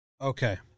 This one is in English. Okay